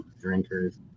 drinkers